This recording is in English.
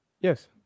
yes